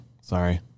Sorry